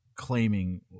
claiming